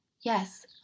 Yes